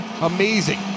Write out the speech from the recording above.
Amazing